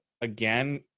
again